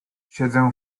siedzę